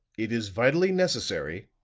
it is vitally necessary,